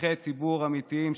שליחי ציבור אמיתיים,